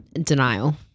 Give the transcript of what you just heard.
denial